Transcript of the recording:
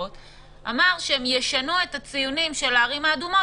אמר שהם ישנו את הציונים של הערים האדומות